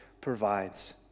provides